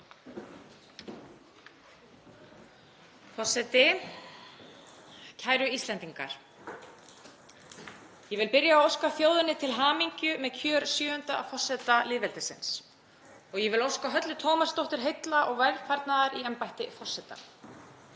forseti. Kæru Íslendingar. Ég vil byrja á að óska þjóðinni til hamingju með kjör sjöunda forseta lýðveldisins og ég vil óska Höllu Tómasdóttur heilla og velfarnaðar í embætti forseta.